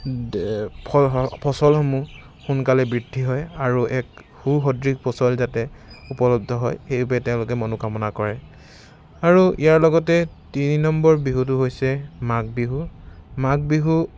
ফচলসমূহ সোনকালে বৃদ্ধি হয় আৰু এক সুসদৃশ ফচল যাতে উপলব্ধ হয় সেইবাবে তেওঁলোকে মনোকামনা কৰে আৰু ইয়াৰ লগতে তিনি নম্বৰ বিহুটো হৈছে মাঘ বিহু মাঘ বিহু